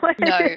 no